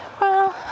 Well-